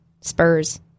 Spurs